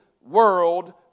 world